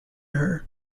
her